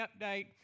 update